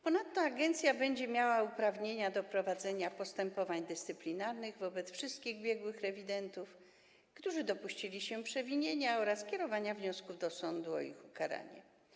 Ponadto agencja będzie miała uprawnienia do prowadzenia postępowań dyscyplinarnych wobec wszystkich biegłych rewidentów, którzy dopuścili się przewinienia, oraz kierowania wniosków do sądu o ich ukaranie.